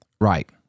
Right